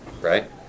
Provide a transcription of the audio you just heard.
right